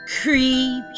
creepy